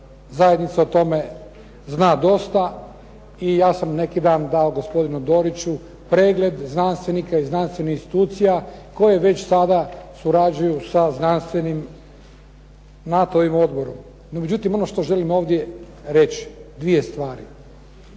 zajednica o tome zna dosta i ja sam neki dan dao gospodinu Doriću pregled znanstvenika i znanstvenih institucija koje već sada surađuju sa znanstvenim NATO-im odboru. No međutim ono što želim ovdje reći, dvije stvari.